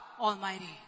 Almighty